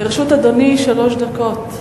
לרשות אדוני שלוש דקות.